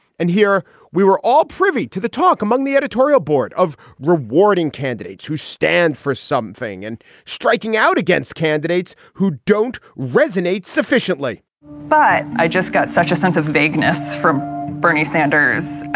and here we were all privy to the talk among the editorial board of rewarding candidates who stand for something and striking out against candidates who don't resonate sufficiently but i just got such a sense of vagueness from bernie sanders.